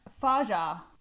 faja